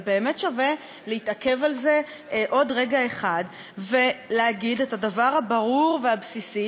אבל באמת שווה להתעכב על זה עוד רגע אחד ולהגיד את הדבר הברור והבסיסי,